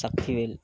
Sakthivel